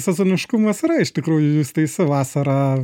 sezoniškumas yra iš tikrųjų jūs teisi vasarą